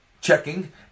checking